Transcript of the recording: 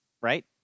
right